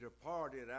departed